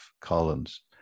collins